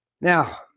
Now